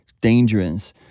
dangerous